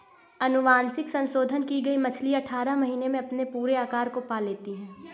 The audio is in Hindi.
अनुवांशिक संशोधन की गई मछली अठारह महीने में अपने पूरे आकार को पा लेती है